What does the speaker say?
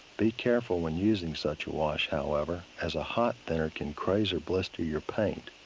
be careful when using such wash however, as a hot thinner can craze or blister your paint.